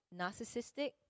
narcissistic